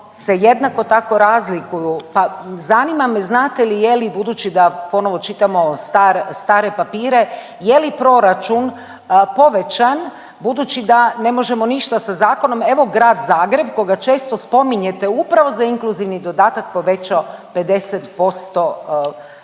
jednako tako razlikuju, pa zanima me je li budući da ponovo čitamo stare papire, je li proračun povećan budući da ne možemo ništa sa zakonom, evo Grad Zagreb koga često spominjete upravo za inkluzivni dodatak povećao 50% prihoda?